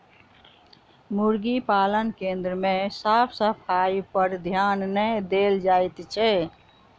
मुर्गी पालन केन्द्र मे साफ सफाइपर ध्यान नै देल जाइत छै